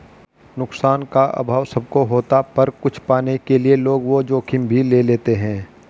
नुकसान का अभाव सब को होता पर कुछ पाने के लिए लोग वो जोखिम भी ले लेते है